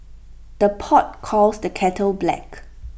the pot calls the kettle black